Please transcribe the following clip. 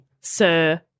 sir